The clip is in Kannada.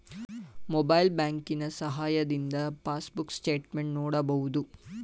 ಮೊಬೈಲ್ ಬ್ಯಾಂಕಿನ ಸಹಾಯದಿಂದ ಪಾಸ್ಬುಕ್ ಸ್ಟೇಟ್ಮೆಂಟ್ ನೋಡಬಹುದು